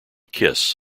kiss